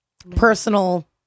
Personal